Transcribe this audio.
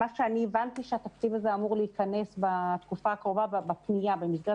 הבנתי שהתקציב הזה אמור להיכנס בתקופה הקרובה במסגרת